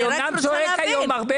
לא,